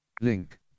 link